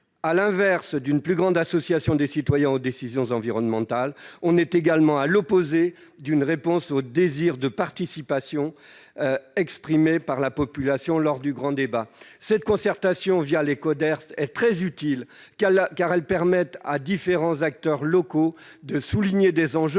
à l'encontre d'une plus grande association des citoyens aux décisions environnementales. Nous sommes à l'opposé d'une réponse au désir de participation exprimé par la population lors du grand débat. Cette concertation via les Coderst est très utile, car elle permet à différents acteurs locaux de souligner des enjeux